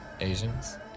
Asians